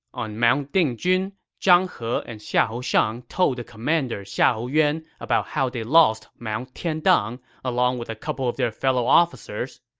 on mount dingjun, zhang he and xiahou shang told the commander xiahou yuan about how they lost mount tiandang, along with a couple of their fellow officers.